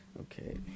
Okay